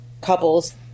couples